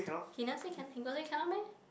he never say can he got say cannot meh